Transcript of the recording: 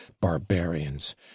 barbarians